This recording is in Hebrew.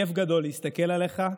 כיף גדול להסתכל עליך,